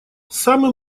самым